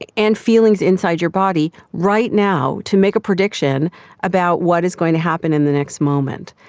ah and feelings inside your body right now to make a prediction about what is going to happen in the next moment.